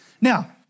Now